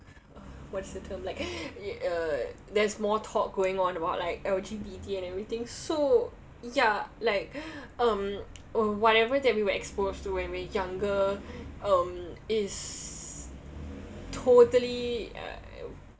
what's the term like uh there's more talk going on about like L_G_B_T and everything so ya like or um uh whatever that we were exposed to when we're younger um is totally